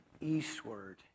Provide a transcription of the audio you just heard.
eastward